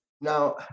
Now